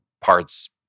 parts